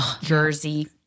jersey